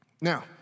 Now